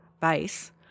base